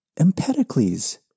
Empedocles